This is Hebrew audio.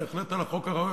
בהחלט על החוק הראוי,